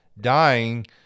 dying